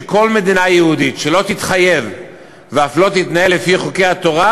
שכל מדינה יהודית שלא תתחייב ואף לא תתנהל לפי חוקי התורה,